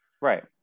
right